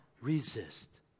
resist